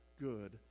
good